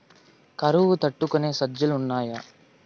కరువు తట్టుకునే సజ్జలు ఉన్నాయా